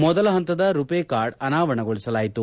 ಮೊದಲ ಹಂತದ ರುಪೆ ಕಾರ್ಡ್ ಅನಾವರಣಗೊಳಿಸಲಾಯಿತು